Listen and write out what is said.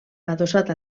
adossat